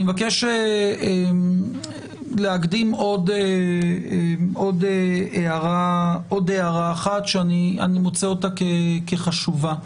אני מבקש להקדים עוד הערה שאני מוצא אותה כחשובה.